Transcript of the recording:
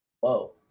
Whoa